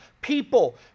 People